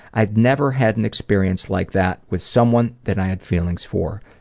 i'd never had an experience like that with someone that i had feelings for.